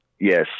yes